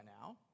now